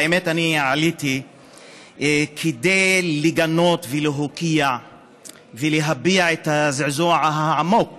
האמת היא שאני עליתי כדי לגנות ולהוקיע ולהביע את הזעזוע העמוק